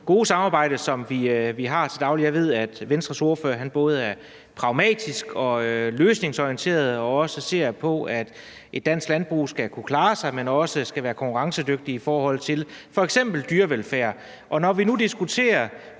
gode samarbejde, som vi har til daglig. Jeg ved, at Venstres ordfører både er pragmatisk og løsningsorienteret og også ser på, at et dansk landbrug skal kunne klare sig, men også være konkurrencedygtigt i forhold til f.eks. dyrevelfærd. Når vi nu diskuterer